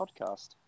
podcast